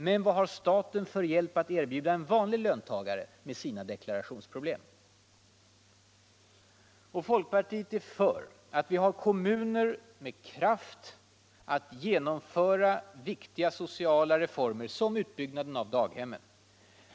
Men vad har staten för hjälp att erbjuda en vanlig löntagare med hans deklarationsproblem? Folkpartiet är för att vi har kommuner med kraft att genomföra viktiga sociala reformer, som utbyggnaden av daghemmen.